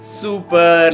super